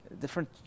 Different